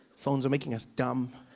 phones are making us dumb.